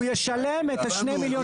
הוא ישלם את שני המיליון שקלים.